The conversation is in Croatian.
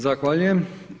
Zahvaljujem.